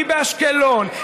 היא באשקלון,